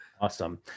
Awesome